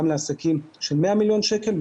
גם לעסקים של 100 מיליון שקל,